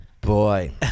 boy